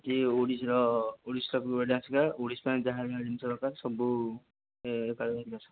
ଆଜି ଓଡ଼ିଶୀର ଓଡ଼ିଶୀଟା ଡ୍ୟାନ୍ସ ଶିଖା ହେବ ଓଡ଼ିଶୀ ପାଇଁ ଯାହା ଯାହା ଜିନିଷ ଦରକାର ସବୁ ଏକାବେଳେ ଧରିକି ଆସ